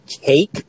Cake